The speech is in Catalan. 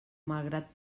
malgrat